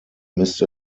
misst